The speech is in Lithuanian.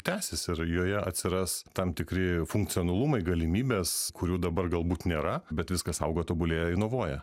tęsis ir joje atsiras tam tikri funkcionalumai galimybės kurių dabar galbūt nėra bet viskas auga tobulėja inovuoja